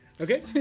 Okay